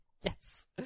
Yes